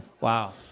Wow